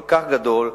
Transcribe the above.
כל כך גדול,